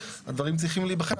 הדברים צריכים להיבחן.